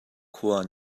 khua